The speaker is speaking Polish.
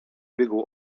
biegło